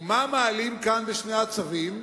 ומה מעלים כאן בשני הצווים?